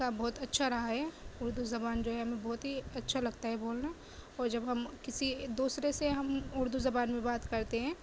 کا بہت اچھا رہا ہے اردو زبان جو ہے ہمیں بہت ہی اچھا لگتا ہے بولنا اور جب ہم کسی دوسرے سے ہم اردو زبان میں بات کرتے ہیں